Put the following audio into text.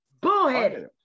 bullheaded